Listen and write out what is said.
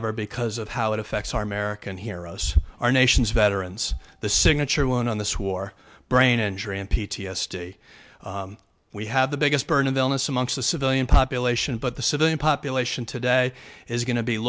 ever because of how it effects our american heroes our nation's veterans the signature one on this war brain injury and p t s d we have the biggest burn of illness amongst the civilian population but the civilian population today is going to be